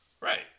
Right